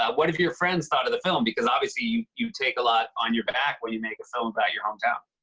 ah what have your friends thought of the film? because, obviously, you take a lot on your back when you make a film about your hometown.